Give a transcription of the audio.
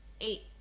eight